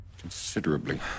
considerably